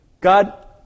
God